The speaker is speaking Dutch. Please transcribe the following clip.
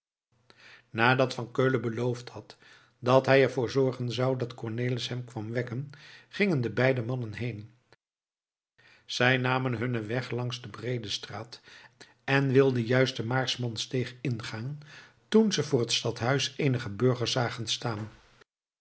nadat van keulen beloofd had dat hij er voor zorgen zou dat cornelis hem kwam wekken gingen de beide mannen heen zij namen hunnen weg langs de breede straat en wilden juist de maarsman steeg ingaan toen ze voor het stadhuis eenige burgers zagen staan